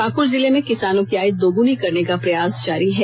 पाकुड जिले में किसानों की आय दोगुनी करने का प्रयास जारी है